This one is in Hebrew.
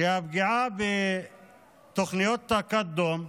שהפגיעה בתוכנית תקאדום,